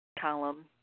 column